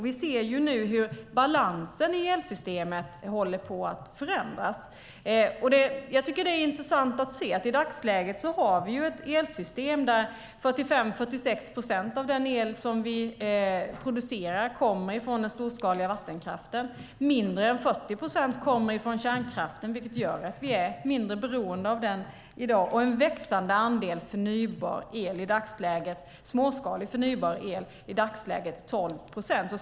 Vi ser nu hur balansen i elsystemet håller på att förändras. I dagsläget har vi ett elsystem där 45-46 procent av den el som vi producerar kommer från den storskaliga vattenkraften. Mindre än 40 procent kommer från kärnkraften, vilket gör att vi är mindre beroende av den i dag, och en växande andel småskalig och förnybar el utgör i dagsläget 12 procent.